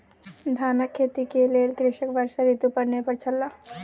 धानक खेती के लेल कृषक वर्षा ऋतू पर निर्भर छल